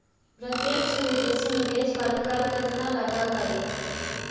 प्रत्यक्ष विदेशी निवेश पर कर केतना लगऽ हइ?